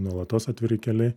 nuolatos atviri keliai